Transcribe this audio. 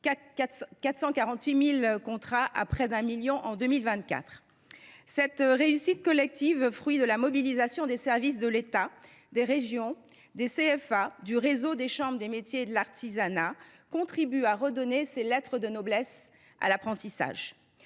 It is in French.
448 000 à près d’un million. Cette réussite collective, fruit de la mobilisation des services de l’État, des régions, des CFA et du réseau des chambres des métiers et de l’artisanat, contribue à redonner à l’apprentissage